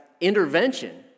intervention